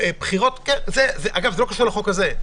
זה לא קשור לחוק הזה,